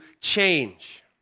change